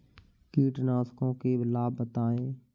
कीटनाशकों के लाभ बताएँ?